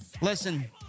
Listen